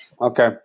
Okay